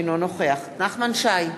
אינו נוכח נחמן שי,